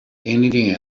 anything